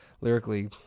lyrically